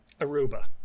aruba